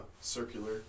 circular